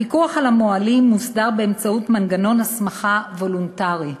הפיקוח על המוהלים מוסדר באמצעות מנגנון הסמכה וולונטרי,